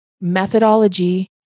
methodology